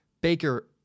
Baker